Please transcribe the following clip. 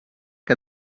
que